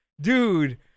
Dude